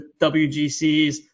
WGCs